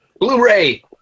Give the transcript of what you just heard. blu-ray